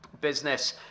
business